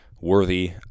worthy